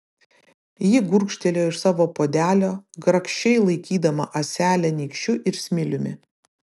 ji gurkštelėjo iš savo puodelio grakščiai laikydama ąselę nykščiu ir smiliumi